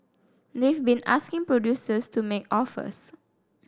they've been asking producers to make offers